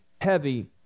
heavy